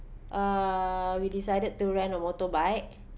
uh we decided to rent a motorbike